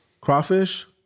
Crawfish